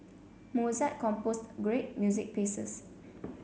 Mozart composed great music pieces